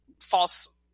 false